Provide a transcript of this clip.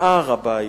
להר-הבית,